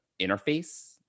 interface